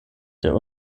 der